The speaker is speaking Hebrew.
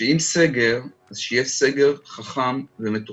שאם סגר, אז שיהיה סגר חכם ומתוכנן,